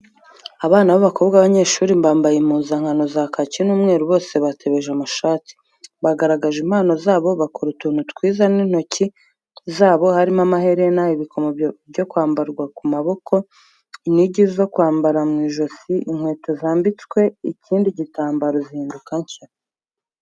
Abana b'abakobwa b'abanyeshuri mbambaye impuzankano za kaki n'umweru bose batebeje amashati, bagaragaje impano zabo bakora utuntu twiza n'intoki zabo harimo amaherena, ibikomo byo kwambara ku maboko, inigi zo kwambara mw'ijosi, inkweto zambitswe ikindi gitambaro zihinduka nshya.